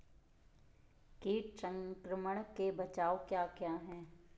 कीट संक्रमण के बचाव क्या क्या हैं?